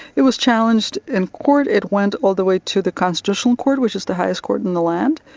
it was challenged in court, it went all the way to the constitutional court, which is the highest court in the land.